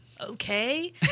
okay